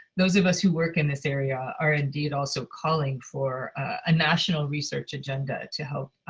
those of us who work in this area are indeed also calling for a national research agenda to help